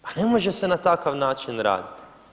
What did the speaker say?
Pa ne može se na takav način raditi!